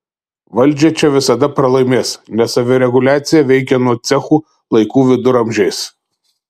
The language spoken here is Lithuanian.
valdžia čia visada pralaimės nes savireguliacija veikia nuo cechų laikų viduramžiais